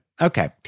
okay